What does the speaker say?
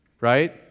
right